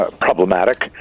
problematic